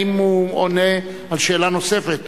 האם הוא עונה על שאלה נוספת?